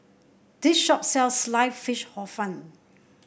this shop sells slice fish Hor Fun